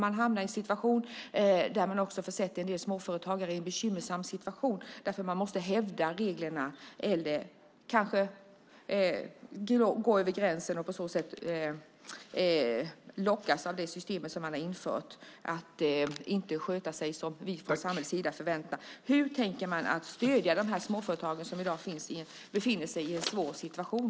Man försätter också en del småföretagare i en bekymmersam situation, för de måste hävda reglerna eller kanske gå över gränsen och lockas av det system som har införts att inte sköta sig som vi från samhällets sida förväntar oss. Hur tänker man stödja de småföretag som i dag befinner sig i en svår situation?